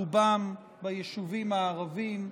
רובם ביישובים הערביים.